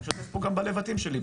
אני משתף פה גם בלבטים שלי,